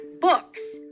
books